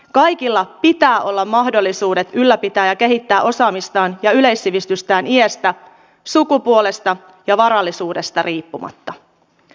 kaikilla pitää olla mahdollisuudet ylläpitää ja kehittää osaamistaan ja yleissivistystään iästä sukupuolesta ja varallisuudesta riippumatta